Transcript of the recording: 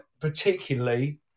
Particularly